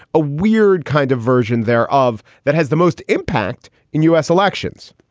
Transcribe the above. a weird kind of version there of that has the most impact in u s. elections.